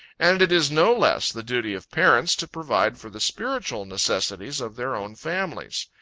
and it is no less the duty of parents to provide for the spiritual necessities of their own families.